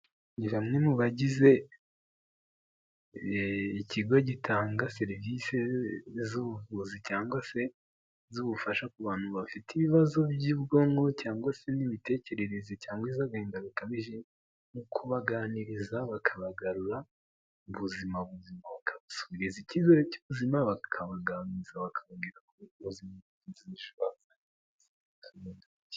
Ni bamwe mu bagize ikigo gitanga serivisi z'ubuvuzi cyangwa se z'ubufasha ku bantu bafite ibibazo by'ubwonko cyangwa se n'imitekerereze cyangwa iz'agahinda gakabije mu kubaganiriza bakabagarura ubuzima bakaba subiza icyizere cy'ubuzima bakaba ganibwira ubuzima.